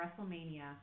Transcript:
WrestleMania